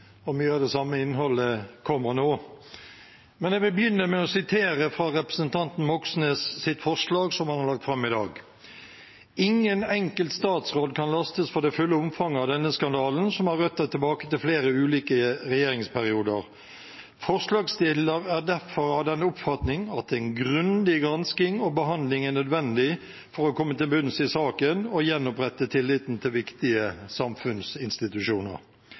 og mye av det samme innholdet kommer nå. Jeg vil begynne med å sitere fra representanten Moxnes’ forslag, som han har lagt fram i dag: «Ingen enkelt statsråd kan lastes for det fulle omfanget av denne skandalen, som har røtter tilbake til flere ulike regjeringsperioder. Forslagsstiller er derfor av den oppfatning at en grundig gransking og behandling er nødvendig for å komme til bunns i saken og gjenopprette tilliten til viktige samfunnsinstitusjoner.»